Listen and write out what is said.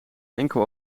enkel